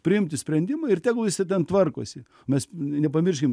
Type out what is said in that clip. priimti sprendimą ir tegul visi ten tvarkosi mes nepamirškim